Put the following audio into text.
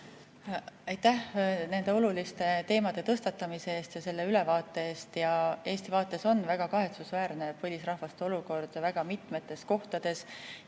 Aitäh nende oluliste teemade tõstatamise eest ja selle ülevaate eest! Eesti vaates on väga kahetsusväärne põlisrahvaste olukord mitmetes kohtades